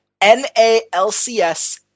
NALCS